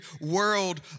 world